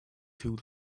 too